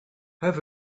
have